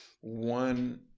one